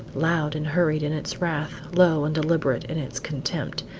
loud and hurried in its wrath, low and deliberate in its contempt,